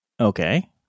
Okay